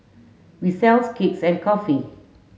we sells cakes and coffee